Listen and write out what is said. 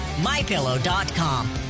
MyPillow.com